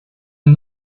and